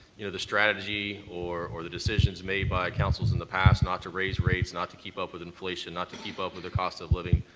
you know, the strategy or or the decisions made by councils in the past not to raise rates, not to keep up with inflation, not to keep up with the costs of living,